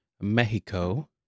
Mexico